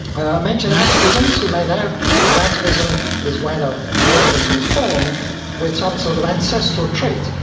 i mentioned atavisms. you may know an atavism is when ah an organism is born with some sort of ancestral trait.